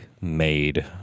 made